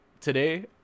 today